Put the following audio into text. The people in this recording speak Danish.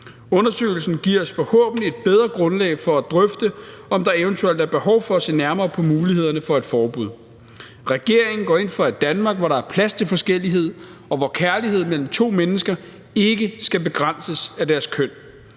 Undersøgelsen giver os forhåbentlig et bedre grundlag for at drøfte, om der eventuelt er behov for at se nærmere på mulighederne for et forbud. Regeringen går ind for et Danmark, hvor der er plads til forskellighed, og hvor kærlighed mellem to mennesker ikke skal begrænses af deres køn.